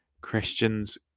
Christians